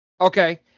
Okay